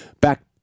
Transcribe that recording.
back